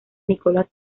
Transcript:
nicolas